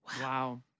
Wow